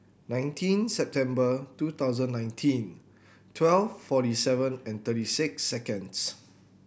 nineteen September two thousand nineteen twelve forty seven and thirty six seconds